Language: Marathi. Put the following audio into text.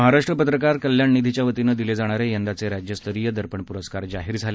महाराष्ट्र पत्रकार कल्याण निधीच्या वतीनं दिले जाणारे यंदाचे राज्यस्तरीय दर्पण पुरस्कार आज जाहीर झाले